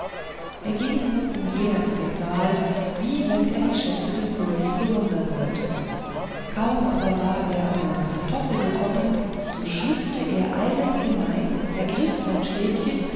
er ging nun umher in dem saal wie wenn er die schätze des königs bewundern wollte kaum aber war er an seine pantoffel gekommen so schlüpfte er eilends hinein ergriff sein stäbchen